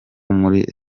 muri